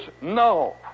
No